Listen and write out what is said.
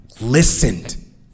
listened